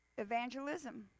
evangelism